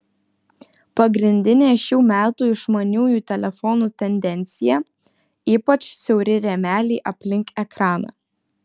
pagrindinė šių metų išmaniųjų telefonų tendencija ypač siauri rėmeliai aplink ekraną